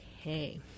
Okay